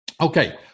Okay